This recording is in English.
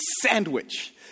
sandwich